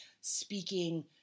Speaking